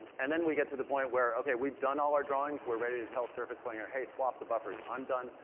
and then we get to the point where, okay, we've done all our drawings, we're ready to tell surface flinger, hey, swap the buffers, i'm done,